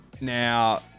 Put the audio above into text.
Now